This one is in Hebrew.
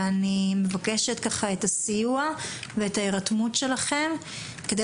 ואני מבקשת את הסיוע ואת ההירתמות שלכם כדי